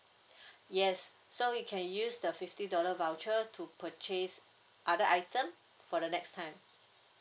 yes so you can use the fifty dollar voucher to purchase other item for the next time